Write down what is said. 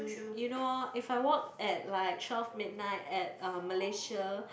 you know if I walk at like twelve midnight at uh Malaysia